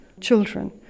children